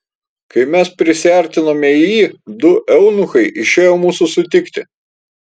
kai mes prisiartinome į jį du eunuchai išėjo mūsų sutikti